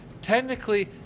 Technically